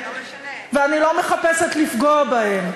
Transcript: ואני לא מחפשת לפגוע בהם.